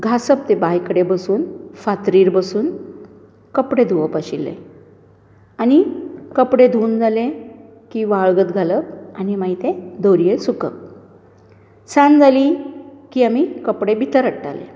घांसप थंय बांय कडेन बसून फातरीर बसून कपडे धुवप आशिल्ले आनी कपडे धुवन जाले कीं वाळगत घालप आनी मागीर ते दोरयेर सुकोवप सांज जाली की आमी कपडे भितर हाडटालीं